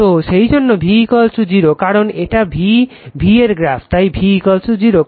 তো সেইজন্য V 0 কারণ এটা V এর গ্রাফ তাই V 0